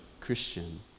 Christian